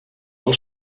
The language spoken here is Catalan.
del